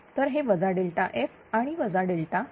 तर हे वजा ΔF आणि वजा R